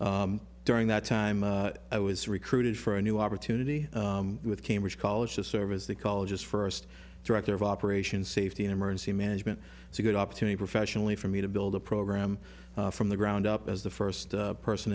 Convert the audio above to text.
services during that time i was recruited for a new opportunity with cambridge college to serve as the college's first director of operation safety emergency management it's a good opportunity professionally for me to build a program from the ground up as the first person